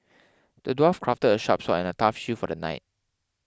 the dwarf crafted a sharp sword and a tough shield for the knight